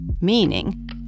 meaning